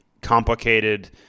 complicated